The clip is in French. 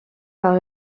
par